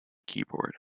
keyboards